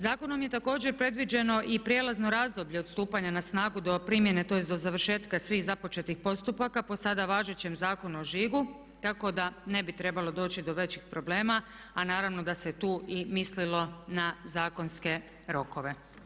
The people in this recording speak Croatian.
Zakonom je također predviđeno i prijelazno razdoblje od stupanja na snagu do primjene, tj. do završetka svih započetih postupaka po sada važećem Zakonu o žigu tako da ne bi trebalo doći do većih problema a naravno da se tu mislilo na zakonske rokove.